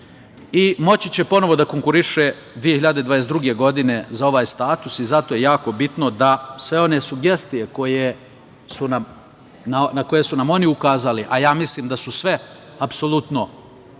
i moći će ponovo da konkuriše 2022. godine za ovaj status i zato je jako bitno da sve one sugestije na koje su nam oni ukazali, a ja mislim da su sve apsolutno razumne